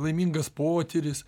laimingas potyris